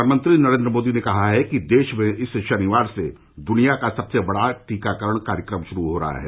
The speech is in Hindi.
प्रधानमंत्री नरेंद्र मोदी ने कहा है कि देश में इस शनिवार से दृनिया का सबसे बड़ा टीकाकरण कार्यक्रम श्रू हो रहा है